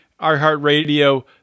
iHeartRadio